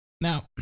Now